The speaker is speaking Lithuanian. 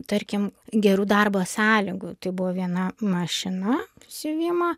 tarkim gerų darbo sąlygų tai buvo viena mašina siuvimo